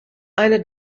eine